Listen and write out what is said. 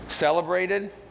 Celebrated